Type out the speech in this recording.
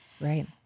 Right